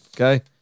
Okay